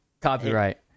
Copyright